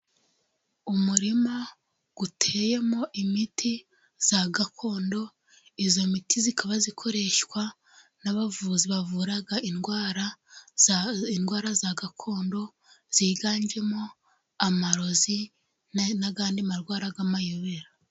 Umurima uteyemo imiti ya gakondo, iyo miti ikaba ikoreshwa n'abavuzi bavura indwara, indwara za gakondo, ziganjemo amarozi n'andi marwara y'amayobera.